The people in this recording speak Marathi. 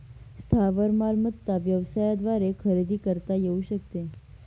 स्थावर मालमत्ता व्यवसायाद्वारे खरेदी करता येऊ शकते